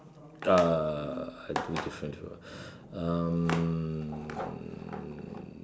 uh I do different from mm